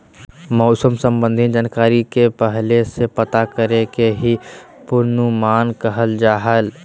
मौसम संबंधी जानकारी के पहले से पता करे के ही पूर्वानुमान कहल जा हय